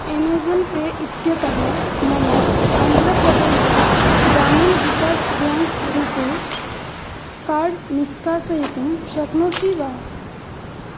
Amazon pay इत्यतः मम आन्ध्रप्रदेशः ग्रामीण् विकास् ब्याङ्क् रूपे कार्ड् निष्कासयितुं शक्नोषि वा